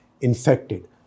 infected